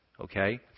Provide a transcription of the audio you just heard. okay